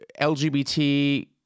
LGBT